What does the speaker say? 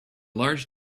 large